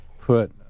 put